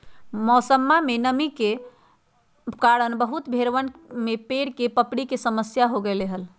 मौसमा में नमी के कारण बहुत भेड़वन में पैर के पपड़ी के समस्या हो गईले हल